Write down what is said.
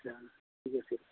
ঠিক আছে